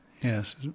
Yes